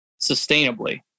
sustainably